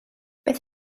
beth